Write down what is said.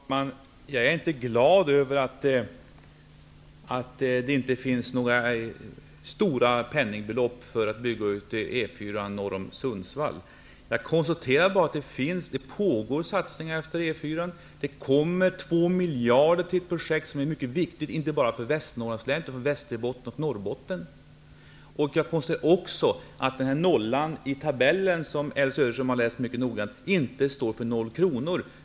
Herr talman! Jag är inte glad över att det inte finns några stora penningbelopp avsatta för en utbyggnad av E 4:an norr om Sundsvall. Jag konstaterar bara att satsningar görs på olika håll utefter E 4:an. 2 miljarder kommer att utbetalas för ett projekt som är mycket viktigt inte bara för Västernorrlands län utan också för Västerbotten och Norrbotten. Vidare konstaterar jag att nollan i den tabell som Elvy Söderström har läst mycket noga inte betyder 0 kr.